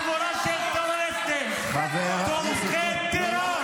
שורפים להם רכוש, שורפים אותם בעודם בחיים.